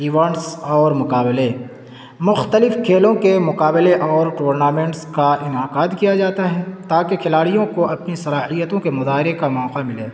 events اور مقابلے مختلف کھیلوں کے مقابلے اور ٹورنامنٹس کا انعقاد کیا جاتا ہے تاکہ کھلاڑیوں کو اپنی صلاحیتوں کے مظاہرے کا موقع ملے